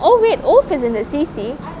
oh wait oath is in the C_C